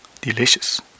delicious